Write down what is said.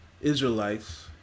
Israelites